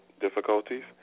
difficulties